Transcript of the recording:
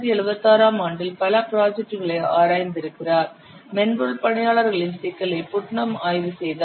1976 ஆம் ஆண்டில் பல ப்ராஜெட்டுகளை ஆராய்ந்திருக்கிறார் மென்பொருள் பணியாளர்களின் சிக்கலை புட்னம் ஆய்வு செய்தார்